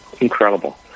incredible